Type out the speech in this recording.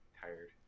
Tired